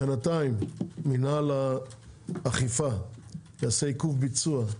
בינתיים, מינהל האכיפה יעשה עיכוב ביצוע,